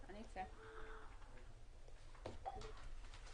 1402. אני אחלק את דבריי לכמה נקודות.